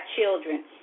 children